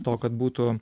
to kad būtų